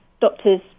Doctors